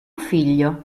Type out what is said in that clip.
figlio